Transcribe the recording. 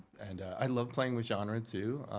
and i love playing with genre too.